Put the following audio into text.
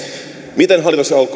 miten hallitus